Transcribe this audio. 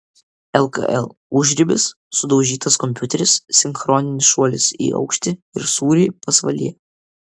lkl užribis sudaužytas kompiuteris sinchroninis šuolis į aukštį ir sūriai pasvalyje